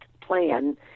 plan